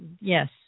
yes